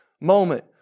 moment